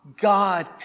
God